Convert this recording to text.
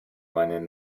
meinen